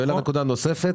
הוא העלה נקודה נוספת.